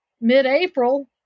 mid-April